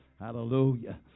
Hallelujah